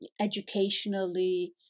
educationally